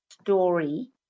story